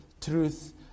truth